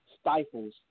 stifles